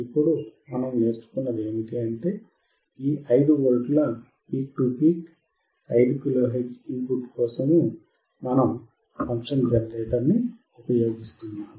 ఇప్పుడు మనం నేర్చుకున్నఏమిటంటే ఈ 5V peak to peak 5 kilo hertz input కోసం మనము ఫంక్షన్ జనరేటర్ ని ఉపయోగిస్తున్నాము